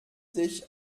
sich